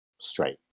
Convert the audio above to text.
straight